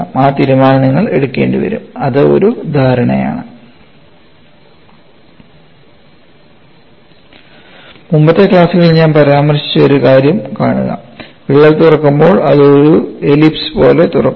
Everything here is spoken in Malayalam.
ആ തീരുമാനം നിങ്ങൾ എടുക്കേണ്ടിവരും അത് ഒരു ധാരണയാണ് മുമ്പത്തെ ക്ലാസുകളിൽ ഞാൻ പരാമർശിച്ച ഒരു കാര്യം കാണുക വിള്ളൽ തുറക്കുമ്പോൾ അത് ഒരു എലിപ്സ് പോലെ തുറക്കുന്നു